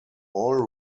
all